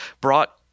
brought